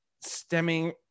stemming